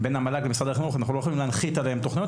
בין המל"ג לבין משרד החינוך; אנחנו לא יכולים להנחית עליהם תכניות,